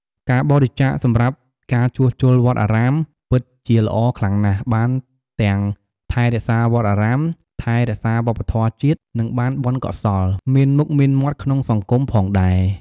ការបរិច្ចាគសម្រាប់ការជួសជុលវត្តអារាម ពិតជាល្អខ្លាំងណាស់ បានទាំង ថែរក្សាវត្តអារាម ថែរក្សាវប្បធម៌ជាតិ និងបានបុណ្យកុសល មានមុខមានមាត់ក្នុងសង្គមផងដែរ។